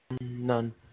none